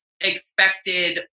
expected